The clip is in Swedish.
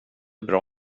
bra